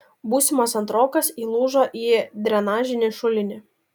būsimas antrokas įlūžo į drenažinį šulinį